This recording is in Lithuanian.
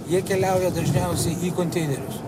jie keliauja dažniausiai į konteinerius